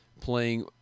playing